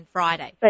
Friday